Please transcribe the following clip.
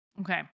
Okay